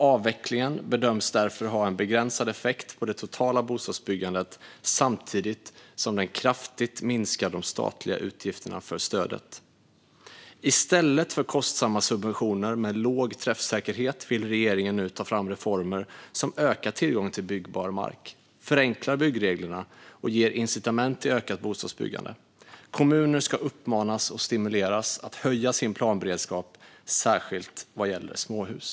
Avvecklingen bedöms därför ha en begränsad effekt på det totala bostadsbyggandet samtidigt som den kraftigt minskar de statliga utgifterna för stödet. I stället för kostsamma subventioner med låg träffsäkerhet vill regeringen nu ta fram reformer som ökar tillgången till byggbar mark, förenklar byggreglerna och ger incitament för ökat bostadsbyggande. Kommuner ska uppmanas och stimuleras att höja sin planberedskap, särskilt vad gäller småhus.